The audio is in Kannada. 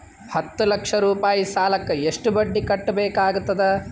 ಹತ್ತ ಲಕ್ಷ ರೂಪಾಯಿ ಸಾಲಕ್ಕ ಎಷ್ಟ ಬಡ್ಡಿ ಕಟ್ಟಬೇಕಾಗತದ?